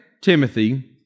Timothy